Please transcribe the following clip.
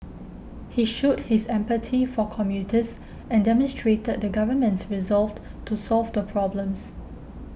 he showed his empathy for commuters and demonstrated the government's resolve to solve the problems